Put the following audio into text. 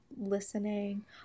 listening